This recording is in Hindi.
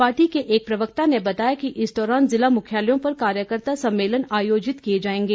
पार्टी के एक प्रवक्ता ने बताया कि इस दौरान जिला मुख्यालयों पर कार्यकर्ता सम्मेलन आयोजित किए जाएंगे